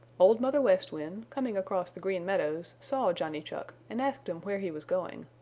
old mother west wind, coming across the green meadows, saw johnny chuck and asked him where he was going.